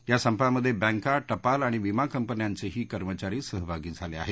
या संपामध्ये बँका टपाल आणि विमा कंपन्यांचेही कर्मचारी सहभागी झाले आहेत